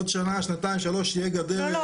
עוד שנה שנתיים שלוש תהיה גדר --- לא,